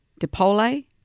Dipole